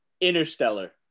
Interstellar